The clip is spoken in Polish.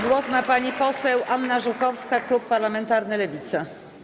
Głos ma pani poseł Anna Żukowska, klub parlamentarny Lewica.